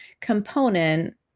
component